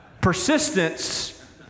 Persistence